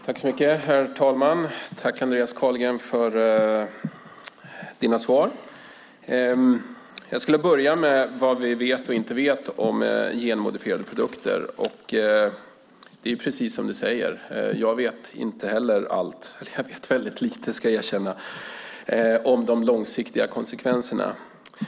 Herr talman! Tack, Andreas Carlgren, för dina svar! Jag skulle vilja börja med vad vi vet och inte vet om genmodifierade produkter. Det är precis som du säger. Jag vet inte heller allt - eller jag vet väldigt lite, ska jag erkänna - om de långsiktiga konsekvenserna.